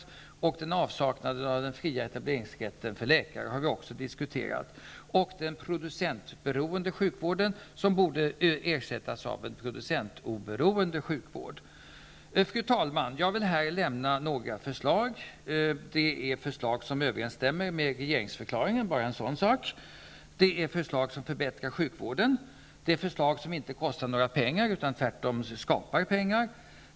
Vi har också diskuterat avsaknaden av den fria etableringsrätten för läkare. Den producentberoende sjukvården borde ersättas av en producentoberoende sjukvård. Fru talman! Jag vill här lämna några förslag. Det är förslag som överensstämmer med regeringsförklaringen -- bara en sådan sak. Det är förslag som förbättrar sjukvården. Det är förslag som inte kostar några pengar, utan tvärtom skapar pengar.